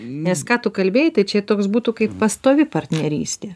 nes ką tu kalbėjai tai čia toks būtų kaip pastovi partnerystė